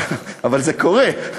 אבל זה קורה,